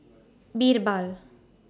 Birbal